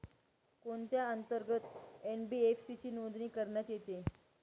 कोणत्या अंतर्गत एन.बी.एफ.सी ची नोंदणी करण्यात येते?